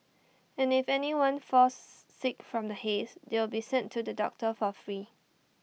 and if anyone falls sick from the haze they will be sent to the doctor for free